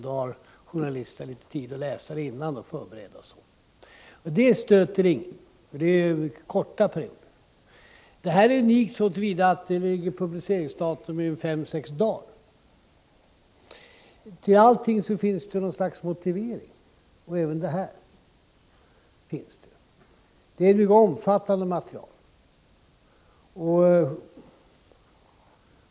Då har journalisterna litet tid att förbereda sig och läsa talen innan de hålls. Det stöter ingen. Det är då fråga om en mycket kort tid mellan överlämnandet av manus och publiceringen av innehållet. Budgetpropositionen är unik så till vida att publiceringsdatumet ligger fem till sex dagar efter den dag då journalisterna har fått materialet. Till allting finns det något slags motivering — även till det här. Budgetpropositionen är ett mycket omfattande material.